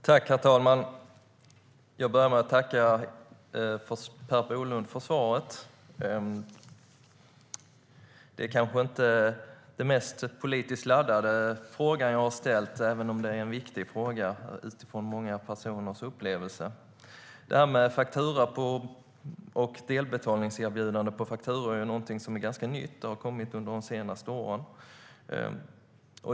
Herr talman! Jag börjar med att tacka Per Bolund för svaret. Detta kanske inte är den mest politiskt laddade fråga jag har ställt, även om det är en viktig fråga utifrån många personers upplevelser. Detta med delbetalningserbjudande på fakturor är något som är ganska nytt. Det har kommit under de senaste åren.